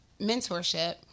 mentorship